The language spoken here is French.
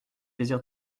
plaisir